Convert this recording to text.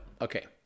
Okay